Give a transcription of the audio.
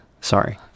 Sorry